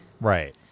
Right